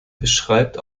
beschreibt